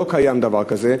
לא קיים דבר כזה.